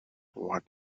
what